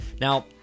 Now